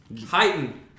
heighten